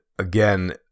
Again